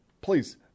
please